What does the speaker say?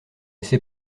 sait